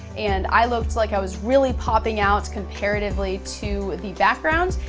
and i looked like i was really popping out comparatively to the background.